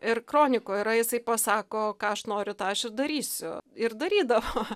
ir kronikoj yra jisai pasako ką aš noriu tą aš ir darysiu ir darydavo